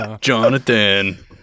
Jonathan